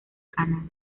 canal